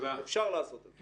אפשר לעשות את זה.